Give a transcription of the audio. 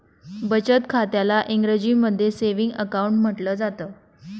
बचत खात्याला इंग्रजीमध्ये सेविंग अकाउंट म्हटलं जातं